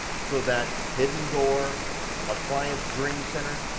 so that hidden door appliance dream center,